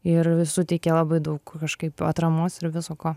ir suteikė labai daug kažkaip atramos ir viso ko